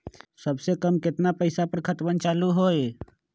सबसे कम केतना पईसा पर खतवन चालु होई?